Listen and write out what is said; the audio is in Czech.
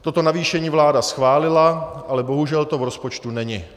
Toto navýšení vláda schválila, ale bohužel to v rozpočtu není.